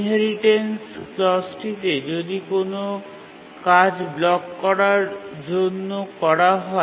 inheritance ক্লজটিতে যদি কোনও কাজ ব্লক করার জন্য করা হয়